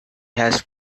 has